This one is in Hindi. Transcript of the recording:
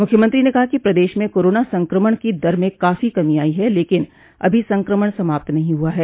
मुख्यमंत्री ने कहा कि प्रदेश में कोरोना संकमण की दर में काफी कमी आई है लेकिन अभी संकमण समाप्त नहीं हुआ है